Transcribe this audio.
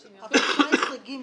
כן, זה כתוב בסעיף קטן ג.